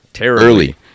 early